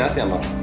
download.